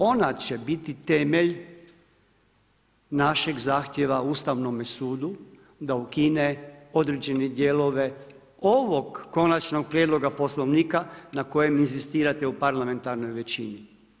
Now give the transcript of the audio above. Ona će biti temelj našeg zahtjeva Ustavnome sudu da ukine određene dijelove ovog Konačnog prijedloga Poslovnika na kojem inzistirate u parlamentarnoj većini.